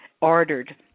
ordered